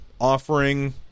offering